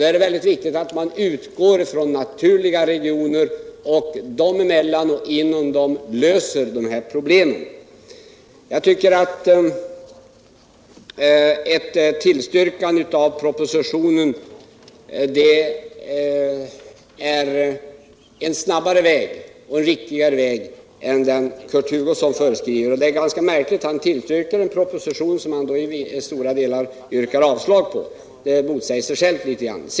Då är det väldigt viktigt att man utgår från naturliga regioner och dem emellan och inom dem löser problemen. Ett tillstyrkande av propositionens förslag medför att man går en snabbare och riktigare väg än den Kurt Hugosson föreslår. Det är ganska märkligt att han tillstyrker en proposition som han sedan i stora delar yrkar avslag på! Han motsäger sig själv.